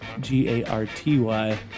G-A-R-T-Y